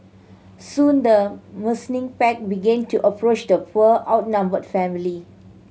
soon the menacing pack began to approach the poor outnumbered family